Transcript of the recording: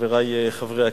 חברי חברי הכנסת,